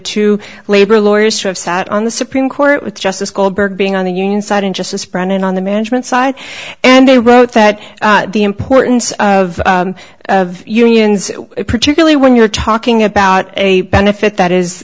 two labor lawyers to have sat on the supreme court with justice goldberg being on the union side in just this brennan on the management side and they wrote that the importance of unions particularly when you're talking about a benefit that is